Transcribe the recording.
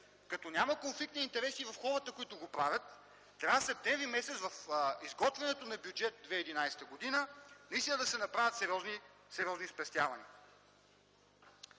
когато няма конфликт на интереси у хората, които го правят, трябва през м. септември при изготвянето на Бюджет 2011 г. наистина да се направят сериозни спестявания.